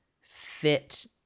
fit